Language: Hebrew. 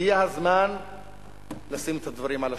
הגיע הזמן לשים את הדברים על השולחן.